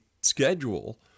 schedule